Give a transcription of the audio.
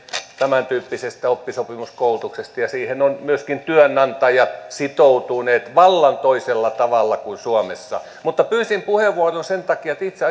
tämäntyyppisestä oppisopimuskoulutuksesta ja siihen ovat myöskin työnantajat sitoutuneet vallan toisella tavalla kuin suomessa mutta pyysin puheenvuoron sen takia että itse